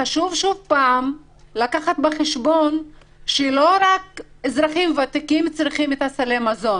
חשוב לקחת בחשבון שלא רק אזרחים ותיקים צריכים סלי מזון.